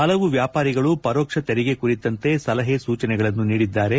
ಹಲವು ವ್ಲಾಪಾರಿಗಳು ಪರೋಕ್ಷ ತೆರಿಗೆ ಕುರಿತಂತೆ ಸಲಹೆ ಸೂಚನೆಗಳನ್ನು ನೀಡಿದ್ದಾರೆ